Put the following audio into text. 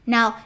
Now